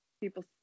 people